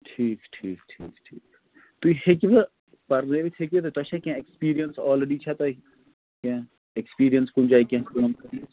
ٹھیٖک ٹھیٖک ٹھیٖک ٹھیٖک تُہۍ ہیٚکوٕ پَرنٲوِتھ ہیٚکِوٕ تُہۍ تۄہہِ چھا کیٚنہہ اٮ۪کٕسپیٖرینَس آلرٔڈی چھا تۄہہِ کیٚنہہ اٮ۪کٕسپیٖرینَس کُنہِ جایہِ کیٚنہہ